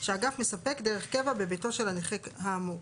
שהאגף מספק דרך קבע בביתו של הנכה האמור.